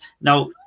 Now